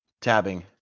tabbing